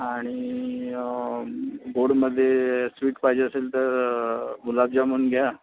आणि गोडमध्ये स्वीट पाहिजे असेल तर गुलाबजामून घ्या